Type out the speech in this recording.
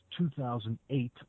2008